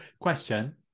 question